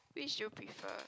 which you prefer